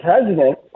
president